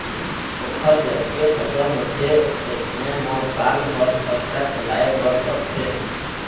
ओखर जतके फसल होथे ओतने म साल भर खरचा चलाए बर परथे